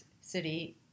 city